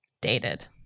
dated